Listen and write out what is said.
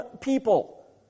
people